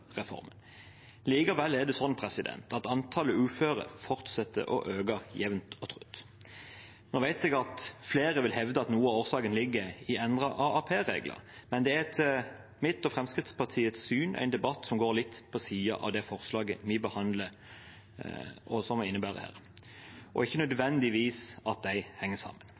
Likevel fortsetter antallet uføre å øke jevnt og trutt. Jeg vet at flere vil hevde at noe av årsaken ligger i endrede AAP-regler, men det er etter mitt og Fremskrittspartiets syn en debatt som går litt på siden av det forslaget vi behandler her, og er ikke nødvendigvis noe som henger sammen.